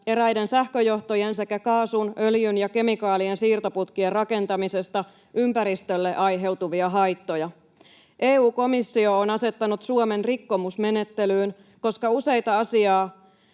eräiden sähköjohtojen sekä kaasun, öljyn ja kemikaalien siirtoputkien rakentamisesta ympäristölle aiheutuvia haittoja. EU-komissio on asettanut Suomen rikkomusmenettelyyn, koska useita asiaa